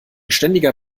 ständiger